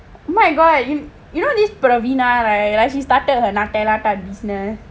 oh my god you know this praveena right she started her nutella tarts